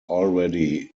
already